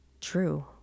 true